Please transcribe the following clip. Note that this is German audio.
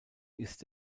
ist